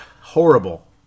horrible